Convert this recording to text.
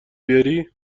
بیاری